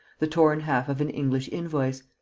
the torn half of an english invoice.